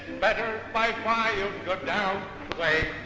better by far you go down broadway.